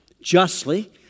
justly